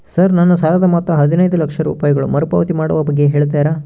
Sir ನನ್ನ ಸಾಲದ ಮೊತ್ತ ಹದಿನೈದು ಲಕ್ಷ ರೂಪಾಯಿಗಳು ಮರುಪಾವತಿ ಮಾಡುವ ಬಗ್ಗೆ ಹೇಳ್ತೇರಾ?